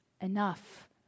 enough